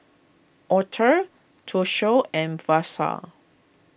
Aurthur Toshio and Versa